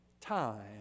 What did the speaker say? time